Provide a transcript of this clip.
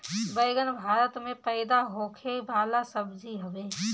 बैगन भारत में पैदा होखे वाला सब्जी हवे